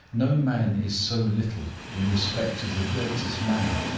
no man is so little, in respect of the greatest man,